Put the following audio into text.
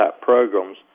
programs